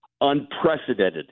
Unprecedented